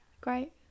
great